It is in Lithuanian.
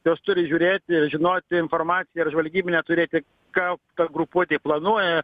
jos turi žiūrėti žinoti informaciją ir žvalgybinę turėti ką ta grupuotė planuoja